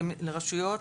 לרשויות,